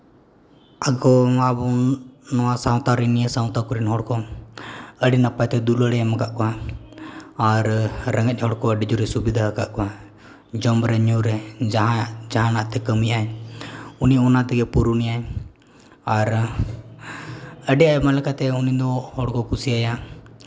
ᱟᱠᱚ ᱢᱟᱵᱚᱱ ᱱᱚᱣᱟ ᱥᱟᱶᱛᱟ ᱨᱮᱱ ᱱᱤᱭᱟᱹ ᱥᱟᱶᱛᱟ ᱠᱚᱨᱮᱱ ᱦᱚᱲ ᱠᱚ ᱟᱹᱰᱤ ᱱᱟᱯᱟᱭ ᱛᱮ ᱫᱩᱞᱟᱹᱲᱮ ᱮᱢ ᱠᱟᱫ ᱠᱚᱣᱟ ᱟᱨ ᱨᱮᱸᱜᱮᱡ ᱦᱚᱲ ᱠᱚ ᱟᱹᱰᱤ ᱡᱳᱨᱮ ᱥᱩᱵᱤᱫᱷᱟ ᱠᱟᱜ ᱠᱚᱣᱟ ᱡᱚᱢ ᱨᱮ ᱧᱩ ᱨᱮ ᱡᱟᱦᱟᱱᱟᱜ ᱛᱮ ᱠᱟᱹᱢᱤᱭᱟᱭ ᱩᱱᱤ ᱚᱱᱟ ᱛᱮᱜᱮ ᱯᱩᱨᱚᱱ ᱮᱭᱟᱭ ᱟᱨ ᱟᱹᱰᱤ ᱟᱭᱢᱟ ᱞᱮᱠᱟᱛᱮ ᱩᱱᱤ ᱫᱚ ᱦᱚᱲ ᱠᱚ ᱠᱩᱥᱤ ᱟᱭᱟ